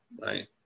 right